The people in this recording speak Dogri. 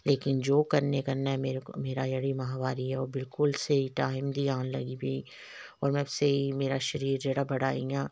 लेकन योग करने कन्नै मेरे क मेरा जेह्ड़ी महाबारी ऐ ओह् बिलकुल स्हेई टाइम दी औन लग्गी पेई और में स्हेई मेरा शरीर जेह्ड़ा बड़ा इ'यां